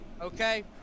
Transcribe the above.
Okay